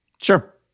Sure